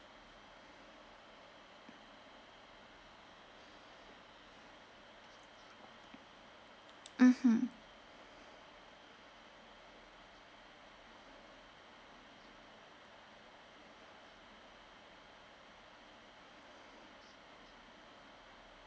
mmhmm